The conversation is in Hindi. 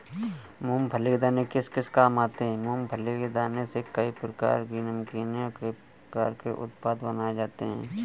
मूंगफली के दाने किस किस काम आते हैं?